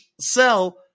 sell